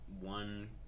one